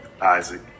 Isaac